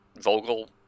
Vogel